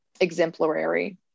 exemplary